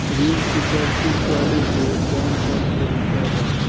ऋण चुकौती करेके कौन कोन तरीका बा?